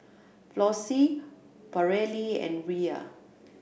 Flossie Paralee and Rhea